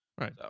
Right